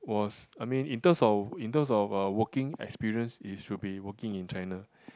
was I mean in terms of in terms of uh working experience it should be working in China